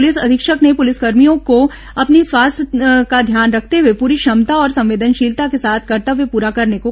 police अधीक्षक ने पुलिसकर्मियों को अपने स्वास्थ्य का ध्यान रखते हुए पूरी क्षमता और संवेदनशीलता के साथ कर्तव्य पूरा कर्रन को कहा